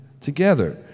together